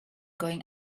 going